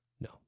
No